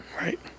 Right